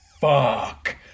fuck